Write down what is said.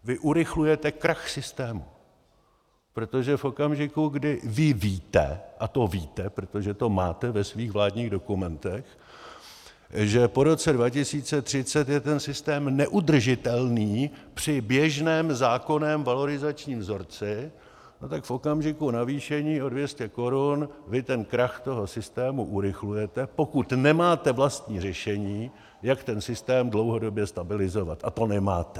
Vy urychlujete krach systému, protože v okamžiku, kdy vy víte, a to víte, protože to máte ve svých vládních dokumentech, že po roce 2030 je ten systém neudržitelný při běžném zákonném valorizačním vzorci, tak v okamžiku navýšení o 200 korun vy ten krach toho systému urychlujete, pokud nemáte vlastní řešení, jak ten systém dlouhodobě stabilizovat, a to nemáte!